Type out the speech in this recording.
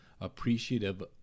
appreciative